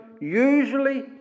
usually